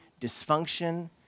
dysfunction